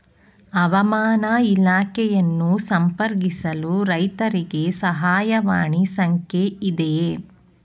ಹವಾಮಾನ ಇಲಾಖೆಯನ್ನು ಸಂಪರ್ಕಿಸಲು ರೈತರಿಗೆ ಸಹಾಯವಾಣಿ ಸಂಖ್ಯೆ ಇದೆಯೇ?